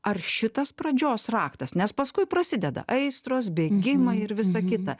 ar šitas pradžios raktas nes paskui prasideda aistros bėgimai ir visa kita